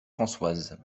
françoise